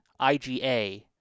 IgA